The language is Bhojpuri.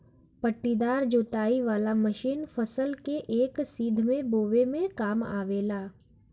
पट्टीदार जोताई वाला मशीन फसल के एक सीध में बोवे में काम आवेला